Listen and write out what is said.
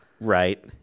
Right